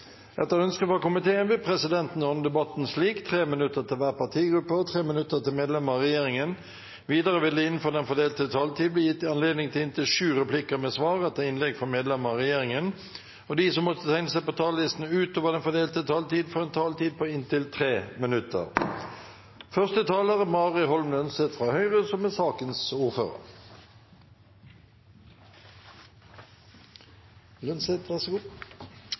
Etter ønske fra kontroll- og konstitusjonskomiteen vil presidenten ordne debatten slik: 5 minutter til hver partigruppe og 5 minutter til medlemmer av regjeringen. Videre vil det – innenfor den fordelte taletid – bli gitt anledning til inntil seks replikker med svar etter innlegg fra medlemmer av regjeringen, og de som måtte tegne seg på talerlisten utover den fordelte taletid, får en taletid på inntil 3 minutter. Innledningsvis ønsker jeg å takke komiteens medlemmer for en god